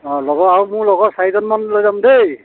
অঁ লগৰ আৰু মোৰ লগৰ চাৰিজনমান লৈ যাম দেই